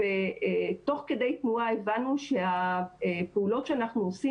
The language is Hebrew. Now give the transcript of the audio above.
תוך כדי תנועה הבנו שהפעולות שאנחנו עושים